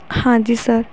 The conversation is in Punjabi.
ਹਾਂਜੀ ਸਰ